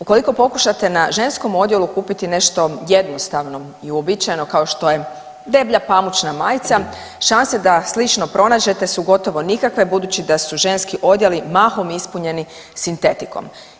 Ukoliko pokušate na ženskom odjelu kupiti nešto jednostavno i uobičajeno kao što je deblja pamučna majica, šanse da slično pronađete su gotovo nikakve budući da su ženski odjeli mahom ispunjeni sintetikom.